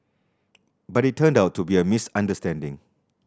but it turned out to be a misunderstanding